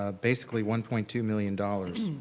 ah basically one point two million dollars.